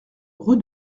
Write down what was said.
rue